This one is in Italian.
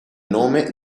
nome